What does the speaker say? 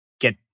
get